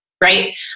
right